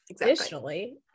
additionally